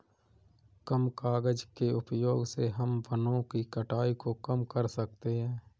कम कागज़ के उपयोग से हम वनो की कटाई को कम कर सकते है